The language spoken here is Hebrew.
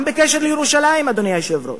גם בעניין ירושלים, אדוני היושב-ראש,